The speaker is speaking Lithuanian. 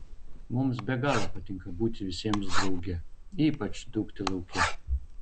mums be galo patinka būti visiems drauge ypač dūkti lauke